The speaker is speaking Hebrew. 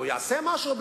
הוא בוודאי יעשה משהו.